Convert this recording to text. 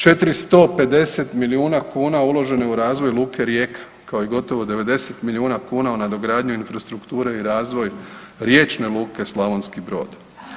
450 milijuna kuna uloženo je u razvoj Luke Rijeka kao i gotovo 90 milijuna kuna u nadogradnju infrastrukture i razvoj Riječne luke Slavonski Brod.